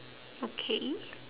okay